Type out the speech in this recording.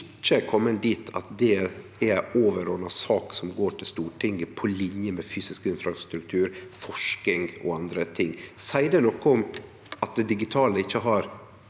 ikkje komen dit at det er ei overordna sak som går til Stortinget, på linje med fysisk infrastruktur, forsking og andre ting. Seier det noko om at det digitale ikkje har